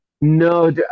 No